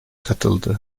katıldı